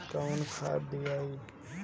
कौन खाद दियई?